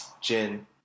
gin